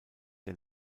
der